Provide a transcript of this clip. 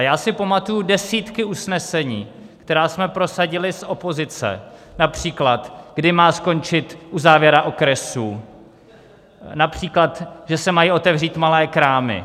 Já si pamatuji desítky usnesení, která jsme prosadili z opozice, například kdy má skončit uzávěra okresů, například že se mají otevřít malé krámy.